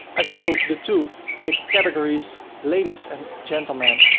i show the two big categories ladies and gentlemen,